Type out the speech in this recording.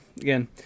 again